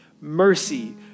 mercy